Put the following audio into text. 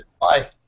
Bye